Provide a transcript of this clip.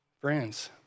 Friends